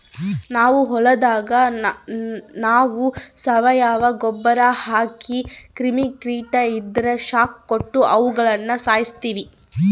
ನಮ್ ಹೊಲದಾಗ ನಾವು ಸಾವಯವ ಗೊಬ್ರ ಹಾಕಿ ಕ್ರಿಮಿ ಕೀಟ ಇದ್ರ ಶಾಖ ಕೊಟ್ಟು ಅವುಗುಳನ ಸಾಯಿಸ್ತೀವಿ